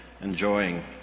enjoying